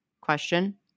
question